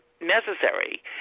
necessary